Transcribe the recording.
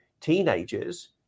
teenagers